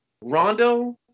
Rondo